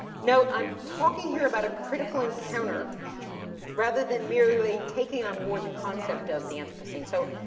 note, i'm talking here about a critical encounter rather than merely taking on board the concept of the anthropocene. so,